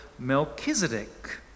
Melchizedek